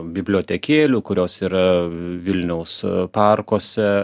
bibliotekėlių kurios yra vilniaus parkuose